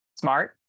smart